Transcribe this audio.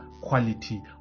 quality